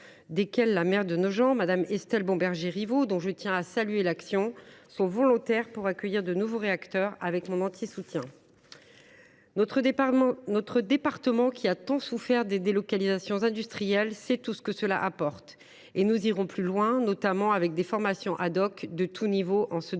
desquels la maire de Nogent sur Seine, Mme Estelle Bomberger Rivot, dont je tiens à saluer l’action, sont volontaires pour accueillir de nouveaux réacteurs, avec mon entier soutien. Notre département, qui a tant souffert des délocalisations industrielles, sait tout ce que cette activité peut apporter. Nous irons plus loin, notamment avec des formations de tous niveaux dans ce domaine.